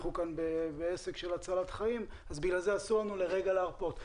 אנחנו כאן עוסקים בהצלת חיים ולכן אסור לנו לרגע להרפות.